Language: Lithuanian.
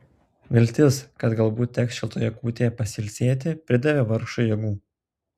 viltis kad galbūt teks šiltoje kūtėje pasilsėti pridavė vargšui jėgų